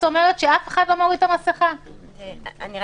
כבר